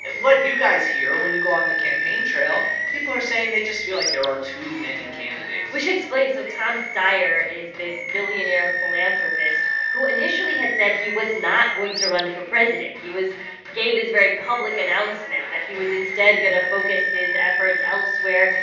what you guys hear when you go on the campaign trail people are saying they just feel like there are too many candidates we should explain. so tom steyer is this billionaire billionaire philanthropist who initially had said he was not going to run for president. he was gave this very public announcement that but he was instead going to focus his efforts elsewhere,